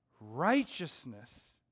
righteousness